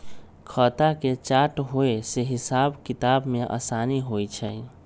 खता के चार्ट होय से हिसाब किताब में असानी होइ छइ